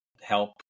help